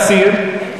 השר ביקש להסיר,